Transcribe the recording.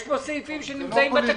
יש פה סעיפים שנמצאים בתקציב.